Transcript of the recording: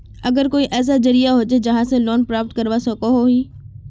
आर कोई ऐसा जरिया होचे जहा से लोन प्राप्त करवा सकोहो ही?